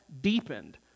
deepened